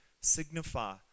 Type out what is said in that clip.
signify